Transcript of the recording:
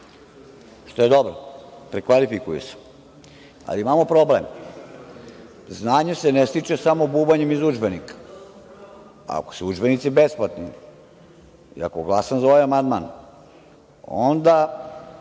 što je dobro, prekvalifikuju se. Ali, imamo problem. Znanje se ne stiče samo bubanjem iz udžbenika. Ako su udžbenici besplatni i ako glasam za ovaj amandman, onda